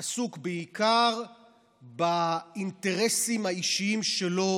עסוק בעיקר באינטרסים האישיים שלו,